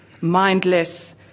mindless